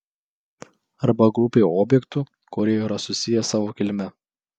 arba grupei objektų kurie yra susiję savo kilme